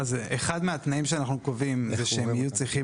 אז אחד התנאים שאנחנו קובעים זה שהם יהיו צריכים